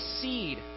seed